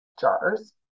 jars